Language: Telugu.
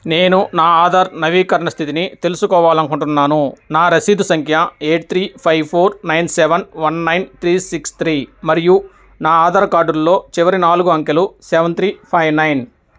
నేను నా ఆధార్ నవీకరణ స్థితిని తెలుసుకోవాలనుకుంటున్నాను నా రసీదు సంఖ్య eight three five four nine seven one nine three six three మరియు నా ఆధార్ కార్డులో చివరి నాలుగు అంకెలు సెవెన్ త్రీ ఫైవ్ నైన్